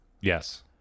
Yes